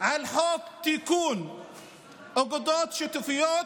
על תיקון לחוק אגודות שיתופיות,